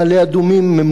ממוחזרות.